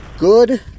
Good